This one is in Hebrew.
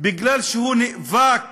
כי הוא נאבק